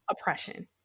oppression